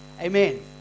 Amen